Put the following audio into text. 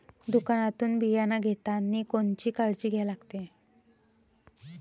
दुकानातून बियानं घेतानी कोनची काळजी घ्या लागते?